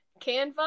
canva